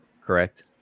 correct